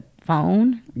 phone